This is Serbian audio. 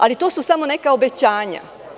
Ali, to su samo neka obećanja.